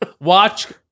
Watch